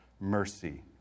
mercy